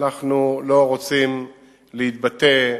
אנחנו לא רוצים להתבטא.